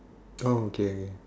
oh okay okay